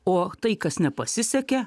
o tai kas nepasisekė